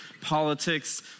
politics